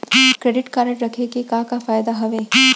Credit card रखे के का का फायदा हवे?